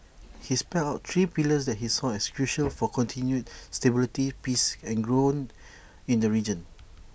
he spelt out three pillars that he saw as crucial for continued stability peace and growth in the region